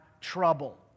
trouble